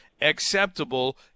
acceptable